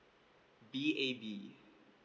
B A B